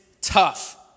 tough